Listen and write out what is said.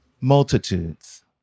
multitudes